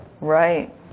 Right